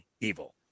Evil